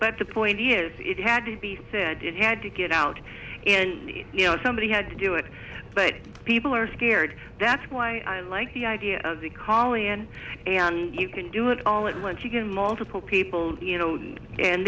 but the point is it had to be said it had to get out and you know somebody had to do it but people are scared that's why i like the idea holly and you can do it all at once you can multiple people you know and